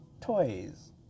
toys